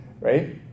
right